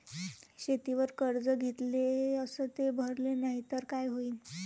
शेतीवर कर्ज घेतले अस ते भरले नाही तर काय होईन?